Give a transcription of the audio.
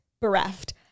bereft